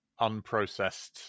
unprocessed